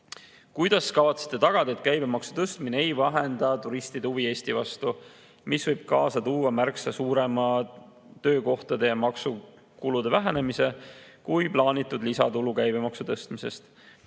"Kuidas kavatsete tagada, et käibemaksu tõstmine ei vähenda turistide huvi Eesti vastu, mis võib kaasa tuua märksa suurema töökohtade ja maksutulude vähenemise kui plaanitud lisatulu käibemaksu tõstmisest?"